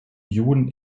juden